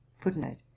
Footnote